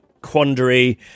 quandary